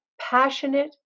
passionate